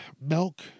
Milk